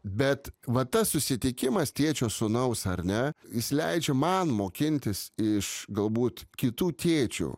bet va tas susitikimas tėčio sūnaus ar ne jis leidžia man mokintis iš galbūt kitų tėčių